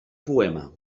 poema